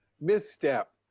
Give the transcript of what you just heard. misstep